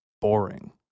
boring